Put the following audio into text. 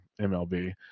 MLB